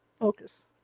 Focus